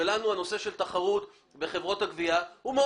לנו הנושא של תחרות בין חברות הגבייה חשוב מאוד.